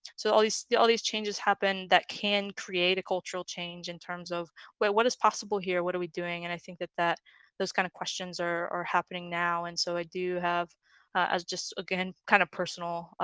so all these yeah all these changes happen that can create a cultural change in terms of what is possible here what are we doing? and i think that that those kind of questions are are happening now, and so i do have ah as just again kind of personal, ah,